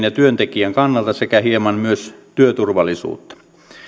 ja työntekijän kannalta sekä hieman myös työturvallisuutta